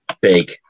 big